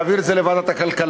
להעביר את זה לוועדת הכלכלה,